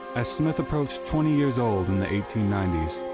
as smith approached twenty years old in the eighteen ninety s,